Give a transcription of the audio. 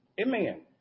Amen